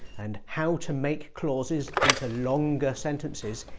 and how to make clauses into longer sentences,